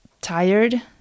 tired